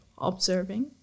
observing